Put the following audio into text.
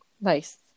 Nice